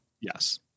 Yes